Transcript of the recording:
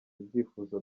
ibyifuzo